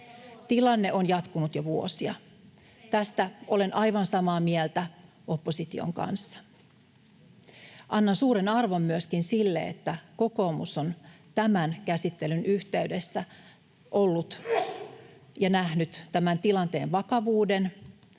Tilanne on jatkunut jo vuosia, tästä olen aivan samaa mieltä opposition kanssa. Annan suuren arvon myöskin sille, että kokoomus on tämän käsittelyn yhteydessä nähnyt tämän tilanteen vakavuuden,